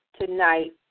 tonight